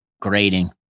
grading